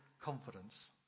confidence